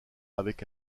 avec